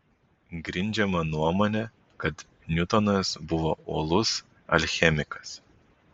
grindžiama nuomone kad niutonas buvo uolus alchemikas